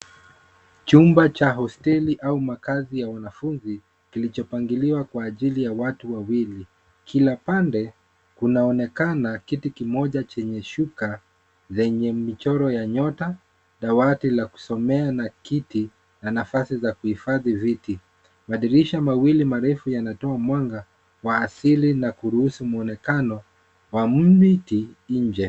Chumba cha hosteli au makazi ya wanafunzi kilichopangiliwa kwa ajili ya watu wawili, kila pande kunaonekana kiti kimoja chenye shuka zenye michoro ya nyota, dawati la kusomea na kiti na nafasi za kuhifadhi viti madirisha mawili marefu yanatoa mwanga wa asili na kuruhusu muonekano wa mti nje.